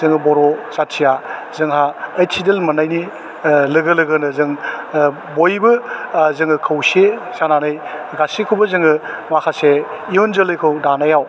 जोङो बर' जाथिया जोंहा ओइट सिदुल मोननायनि लोगो लोगोनो जों बयबो जोङो खौसे जानानै गासिखौबो जोङो माखासे इयुन जोलैखौ दानायाव